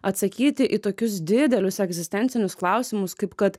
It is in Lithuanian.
atsakyti į tokius didelius egzistencinius klausimus kaip kad